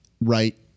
right